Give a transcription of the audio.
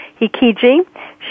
Hikiji